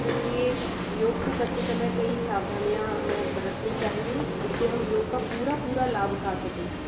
इसलिए योग को करते समय कई सावधानियाँ हमें बरतनी चाहिए जिससे हम योग का पूरा पूरा लाभ उठा सकें